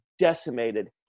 decimated